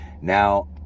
Now